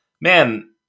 man